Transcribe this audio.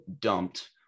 dumped